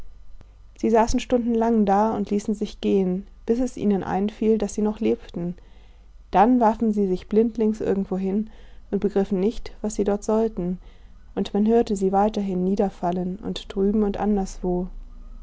sie saßen stundenlang da und ließen sich gehen bis es ihnen einfiel daß sie noch lebten dann warfen sie sich blindlings irgendwohin und begriffen nicht was sie dort sollten und man hörte sie weiterhin niederfallen und drüben und anderswo